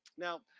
now,